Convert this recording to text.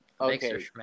Okay